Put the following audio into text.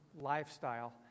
lifestyle